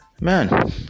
man